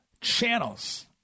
channels